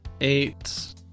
eight